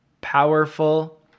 powerful